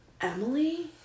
Emily